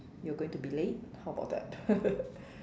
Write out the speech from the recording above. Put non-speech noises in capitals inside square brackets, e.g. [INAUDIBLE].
you're going to be late how about that [LAUGHS]